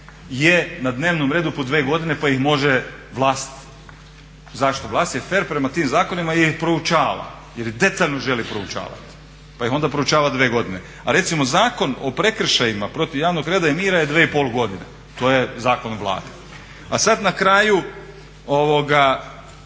je na dnevnom redu po dvije godine pa ih može vlast, zašto, vlast je fer prema tim zakonima jer ih proučava, jer ih detaljno želi proučavati pa ih ona proučava dvije godine. A recimo Zakon o prekršajima protiv javnog reda i mira je 2,5 godine, to je zakon Vlade. A sad na kraju, ovo